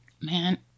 Man